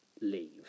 leave